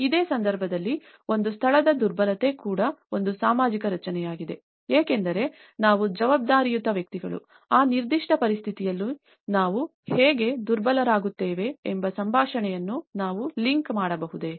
ಇದೇ ಸಂದರ್ಭದಲ್ಲಿ ಒಂದು ಸ್ಥಳದ ದುರ್ಬಲತೆ ಕೂಡ ಒಂದು ಸಾಮಾಜಿಕ ರಚನೆಯಾಗಿದೆ ಏಕೆಂದರೆ ನಾವು ಜವಾಬ್ದಾರಿಯುತ ವ್ಯಕ್ತಿಗಳು ಆ ನಿರ್ದಿಷ್ಟ ಪರಿಸ್ಥಿತಿಯಲ್ಲಿ ನಾವು ಹೇಗೆ ದುರ್ಬಲರಾಗುತ್ತೇವೆ ಎಂಬ ಸಂಭಾಷಣೆಯನ್ನು ನಾವು ಲಿಂಕ್ ಮಾಡಬಹುದೇ